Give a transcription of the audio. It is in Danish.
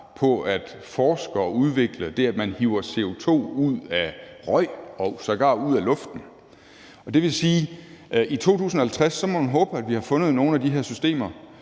på at forske og udvikle det, at man hiver CO2 ud af røg og sågar ud af luften. Og det vil sige, at i 2050 må man håbe, at vi har fundet nogle af de her systemer.